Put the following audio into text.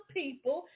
people